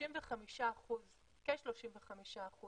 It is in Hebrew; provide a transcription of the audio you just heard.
כ-35%